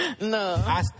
No